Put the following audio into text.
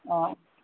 অঁ